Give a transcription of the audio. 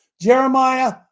Jeremiah